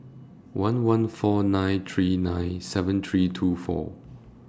one one four nine three nine seven three two four